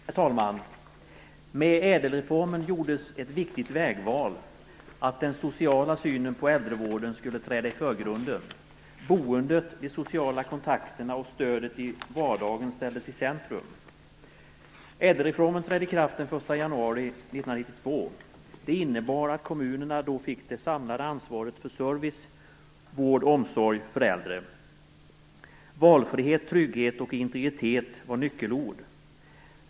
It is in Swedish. Herr talman! Med ÄDEL-reformen gjordes ett viktigt vägval: att den sociala synen på äldrevården skulle träda i förgrunden. Boendet, de sociala kontakterna och stödet i vardagen ställdes i centrum. Det innebar att kommunerna då fick det samlade ansvaret för service, vård och omsorg för äldre. Valfrihet, trygghet och integritet var nyckelord.